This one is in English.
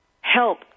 help